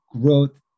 growth